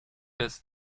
das